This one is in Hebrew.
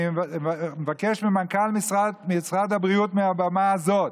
אני מבקש ממנכ"ל משרד הבריאות מעל במה זו: